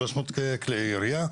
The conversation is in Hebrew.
300 כלי ירייה,